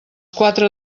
quatre